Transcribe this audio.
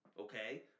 Okay